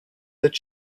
that